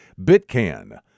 BitCAN